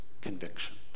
conviction